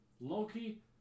loki